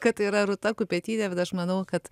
kad yra rūta kupetytė bet aš manau kad